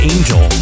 Angel